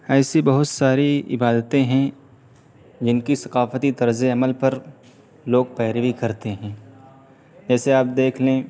ایسی بہت ساری عبادتیں ہیں جن کی ثقاتی طرزِ عمل پر لوگ پیروی کرتے ہیں جیسے آپ دیکھ لیں